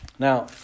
Now